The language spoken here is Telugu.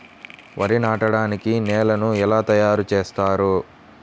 వరి నాటడానికి నేలను ఎలా తయారు చేస్తారు?